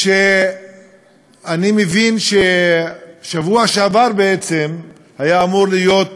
שאני מבין שבשבוע שעבר בעצם הייתה אמורה להיות